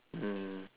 mm